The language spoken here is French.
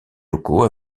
locaux